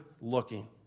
looking